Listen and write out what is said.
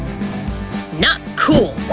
not cool!